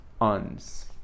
uns